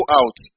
out